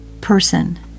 person